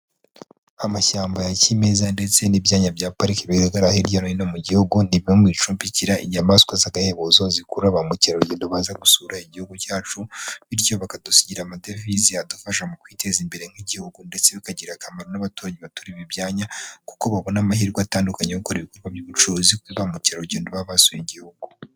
Amashyamba ya kimeza ndetse n'ibyanya bya pariki bigaragara hirya no hino mu Gihugu. Ni bimwe mu bintu bicumbikira inyamaswa z'agahebuzo zikurura ba mukerarugendo baza gusura Igihugu cyacu. Bityo bakadusigira amadevize adufasha mu kwiteza imbere nk'Igihugu, ndetse bikagirira akamaro n'abaturage baturiye ibi byanya kuko babona amahirwe atandukanye yo gukora ibikorwa by'ubucuruzi kuri ba mukerarugendo baba basuye Igihugu.